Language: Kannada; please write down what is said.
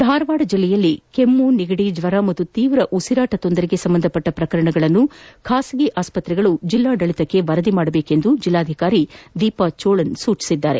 ಧಾರವಾದ ಜಿಲ್ಲೆಯಲ್ಲಿ ಕೆಮ್ಮು ನೆಗಡಿ ಜ್ವರ ಹಾಗೂ ತೀವ್ರ ಉಸಿರಾಟ ತೊಂದರೆಗೆ ಸಂಬಂಧಿಸಿದ ಪ್ರಕರಣಗಳನ್ನು ಖಾಸಗಿ ಆಸ್ಪತ್ರೆಗಳು ಜಿಲ್ಲಾಡಳಿತಕ್ಕೆ ವರದಿ ಮಾಡಬೇಕು ಎಂದು ಜಿಲ್ಲಾಧಿಕಾರಿ ದೀಪಾ ಚೋಳನ್ ಸೂಚಿಸಿದ್ದಾರೆ